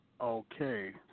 Okay